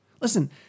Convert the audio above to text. Listen